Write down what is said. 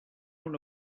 una